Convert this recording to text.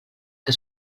que